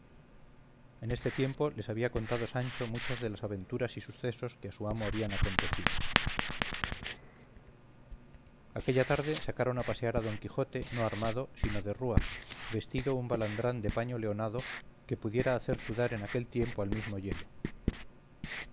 en este tiempo les había contado sancho muchas de las aventuras y sucesos que a su amo habían acontecido aquella tarde sacaron a pasear a don quijote no armado sino de rúa vestido un balandrán de paño leonado que pudiera hacer sudar en aquel tiempo al mismo yelo